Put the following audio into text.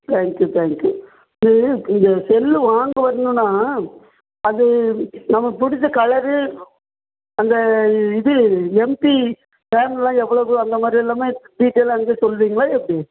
thank you thank you இது இந்த cell வாங்க வரணுன்னா அது நமக்கு பிடிச்ச கலர் அந்த இது எம்பி ரேம் எல்லாம் எவ்வளவு அந்த மாதிரி எல்லாமே டீட்டெயிலாக அங்கேயே சொல்லுவீங்களா எப்படி